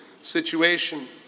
situation